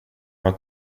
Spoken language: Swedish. har